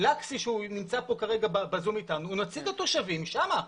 לקסי שנמצא כרגע בזום איתנו הוא נציג התושבים שם.